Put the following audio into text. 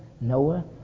Noah